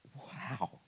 wow